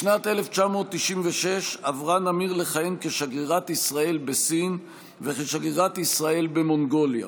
בשנת 1996 עברה נמיר לכהן כשגרירת ישראל בסין וכשגרירת ישראל במונגוליה.